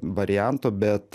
variantų bet